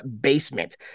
basement